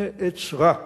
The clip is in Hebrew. נעצרה.